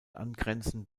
angrenzend